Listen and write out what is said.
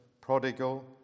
prodigal